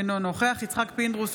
אינו נוכח יצחק פינדרוס,